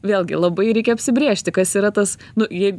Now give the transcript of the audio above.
vėlgi labai reikia apsibrėžti kas yra tas nu jei